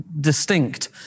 distinct